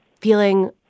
feeling